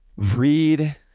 Read